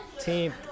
team